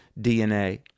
DNA